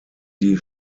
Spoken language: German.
die